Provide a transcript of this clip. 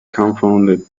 confounded